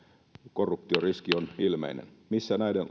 korruptioriski on ilmeinen missä näiden